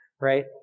right